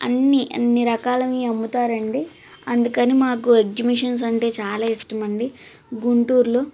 అన్నీ అన్ని రకాలని అమ్ముతారండి అందుకని మాకు ఎగ్జిబిషన్సు అంటే చాలా ఇష్టమండి గుంటూరులో